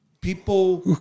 people